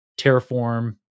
Terraform